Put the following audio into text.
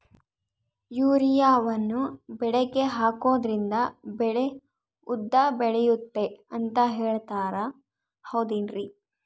ಯೂರಿಯಾವನ್ನು ಬೆಳೆಗೆ ಹಾಕೋದ್ರಿಂದ ಬೆಳೆ ಉದ್ದ ಬೆಳೆಯುತ್ತೆ ಅಂತ ಹೇಳ್ತಾರ ಹೌದೇನ್ರಿ?